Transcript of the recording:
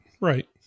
right